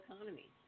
economy